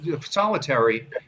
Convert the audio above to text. Solitary